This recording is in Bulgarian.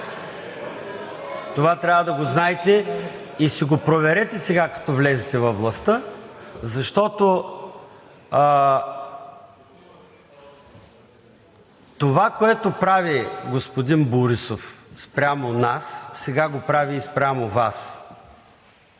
Това трябва да го знаете и си го проверете сега, като влезете във властта, защото това, което прави господин Борисов спрямо нас, сега го прави и спрямо Вас.